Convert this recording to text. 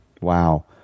Wow